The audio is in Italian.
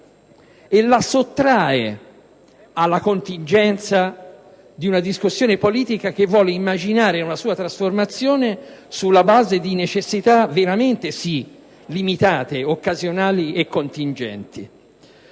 e la sottrae alla contingenza di una discussione politica che vuole immaginare la sua trasformazione sulla base di necessità, queste sì, veramente limitate, occasionali e contingenti.